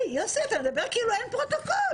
יוסי, אתה מדבר כאילו אין פרוטוקול.